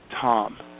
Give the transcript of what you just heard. Tom